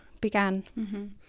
began